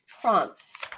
Prompts